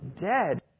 dead